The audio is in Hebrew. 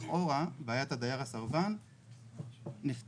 לכאורה בעיית הדייר הסרבן נפתרת,